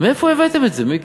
מאיפה הבאתם את זה, מיקי?